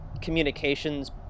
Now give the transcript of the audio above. communications